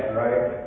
right